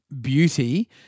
beauty